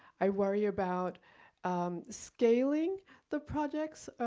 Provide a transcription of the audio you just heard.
i worry about scaling the projects,